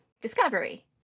Discovery